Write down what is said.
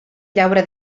llaura